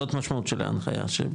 זאת המשמעות של ההנחיה?